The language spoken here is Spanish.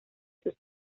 sus